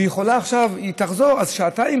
והיא יכולה, כשהיא תחזור, שעתיים